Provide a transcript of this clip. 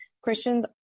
Christians